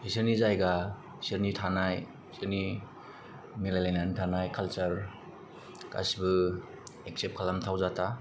बिसोरनि जायगा बिसोरनि थानाय बिसोरनि मिलायलायनानै थानाय कालसार गासिबो एखसेब खालामथाव